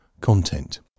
content